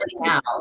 now